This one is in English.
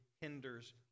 hinders